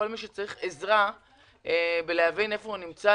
כל מי שצריך עזרה כדי להבין איפה הוא נמצא,